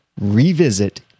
revisit